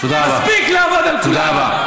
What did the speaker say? מספיק לעבוד על כולם.